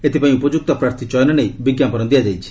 ଏଥିପାଇଁ ଉପଯୁକ୍ତ ପ୍ରାର୍ଥୀ ଚୟନ ନେଇ ବିଜ୍ଞାପନ ଦିଆଯାଇଛି